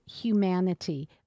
humanity